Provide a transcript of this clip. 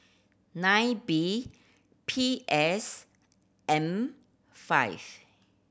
nine B P S M five